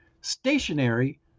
stationary